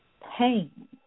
pain